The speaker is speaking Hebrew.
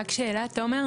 רק שאלה, תומר.